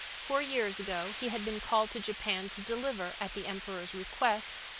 four years ago he had been called to japan to deliver, at the emperor's request,